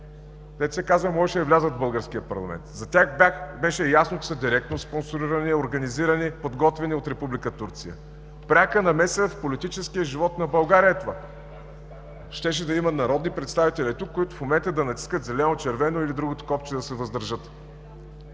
беше, които можеше да влязат в българския парламент. За тях беше ясно, че са директно спонсорирани, организирани, подготвени от Република Турция. Пряка намеса в политическия живот на България е това! Щеше да има народни представители, които в момента да натискат зелено, червено или другото копче – да се въздържат.